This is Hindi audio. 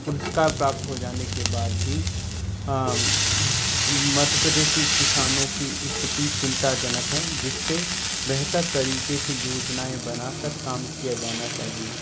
पुरस्कार प्राप्त हो जाने के बाद भी मध्य प्रदेश के किसानों की स्थिति चिंताजनक है जिस पर बेहतर तरीक़े से योजनाएँ बना कर काम किया जाना चाहिए